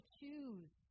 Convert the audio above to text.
choose